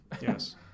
Yes